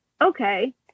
okay